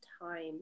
time